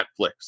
Netflix